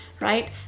Right